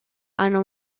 anar